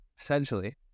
Essentially